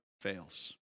fails